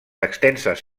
extenses